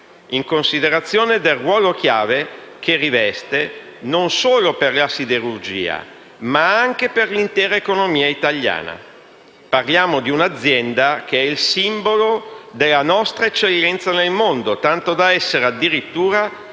in considerazione del ruolo chiave che riveste non solo per la siderurgia, ma anche per l'intera economia italiana. Parliamo di un'azienda che è il simbolo della nostra eccellenza nel mondo tanto da essere, addirittura, il